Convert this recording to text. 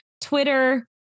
Twitter